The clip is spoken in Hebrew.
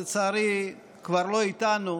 לצערי היא כבר לא איתנו,